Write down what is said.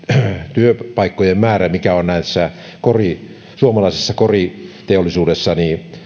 työpaikkojen määrä mikä on suomalaisessa koriteollisuudessa